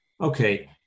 Okay